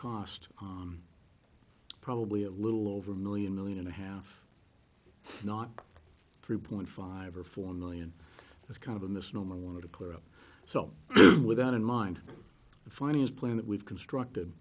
cost probably a little over a million million and a half not three point five or four million that's kind of a misnomer wanted to clear up so without in mind the funnies plan that we've constructed